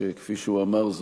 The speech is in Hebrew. שכפי שהוא אמר,